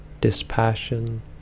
dispassion